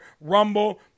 Rumble